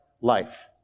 life